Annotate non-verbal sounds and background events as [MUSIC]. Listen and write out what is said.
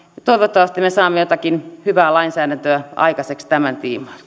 toivottavasti me saamme jotakin hyvää lainsäädäntöä aikaiseksi tämän tiimoilta [UNINTELLIGIBLE]